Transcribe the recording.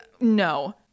no